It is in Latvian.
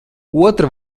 otra